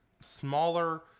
smaller